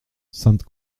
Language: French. sainte